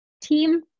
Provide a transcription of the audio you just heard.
team